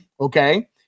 okay